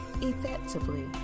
effectively